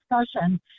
discussion